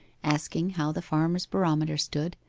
asking how the farmer's barometer stood,